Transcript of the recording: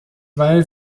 weil